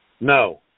no